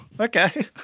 okay